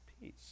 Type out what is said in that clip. Peace